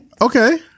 Okay